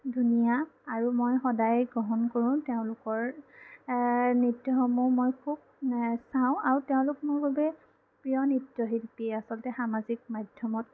ধুনীয়া আৰু মই সদায়েই গ্ৰহণ কৰোঁ তেওঁলোকৰ নৃত্যসমূহ মই খুব চাওঁ আৰু তেওঁলোক মোৰ বাবে প্ৰিয় নৃত্য শিল্পী আচলতে সামাজিক মাধ্যমত